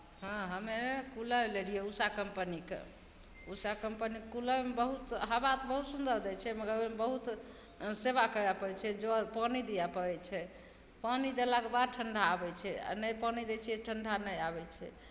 हँ हमे कूलर लेलियै ऊषा कंपनीके ऊषा कंपनीके कूलरमे बहुत हवा तऽ बहुत सुन्दर दै छै मगर ओहिमे बहुत सेवा करय पड़ै छै जल पानि दिअ पड़ै छै पानि देलाके बाद ठण्ढा अबै छै आ नहि पानि दै छियै ठण्ढा नहि आबै छै